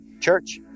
church